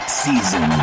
season